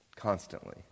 constantly